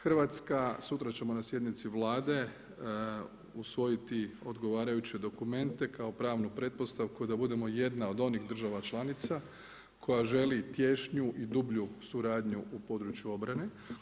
Hrvatska, sutra ćemo na sjednici Vlade usvojiti odgovarajuće dokumente kao pravnu pretpostavku da budemo jedna od onih država članica, koja želi tiješnu i dublju suradnju u području obrane.